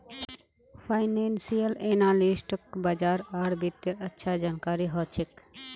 financial एनालिस्टक बाजार आर वित्तेर अच्छा जानकारी ह छेक